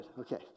Okay